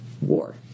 War